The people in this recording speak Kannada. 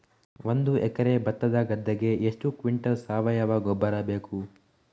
ಒಂದು ಎಕರೆ ಭತ್ತದ ಗದ್ದೆಗೆ ಎಷ್ಟು ಕ್ವಿಂಟಲ್ ಸಾವಯವ ಗೊಬ್ಬರ ಬೇಕು?